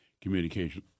Communication